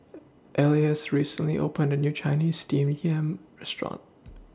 Elias recently opened A New Chinese Steamed Yam Restaurant